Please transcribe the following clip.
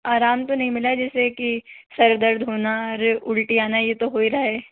आराम तो नहीं मिला जैसे की सिर दर्द होना उल्टी आना यह तो हो ही रहा है